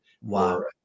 Wow